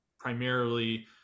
primarily